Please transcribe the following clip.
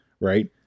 right